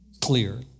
Clear